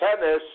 tennis